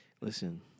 Listen